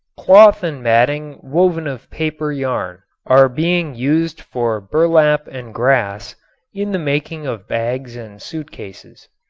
cloth and matting woven of paper yarn are being used for burlap and grass in the making of bags and suitcases.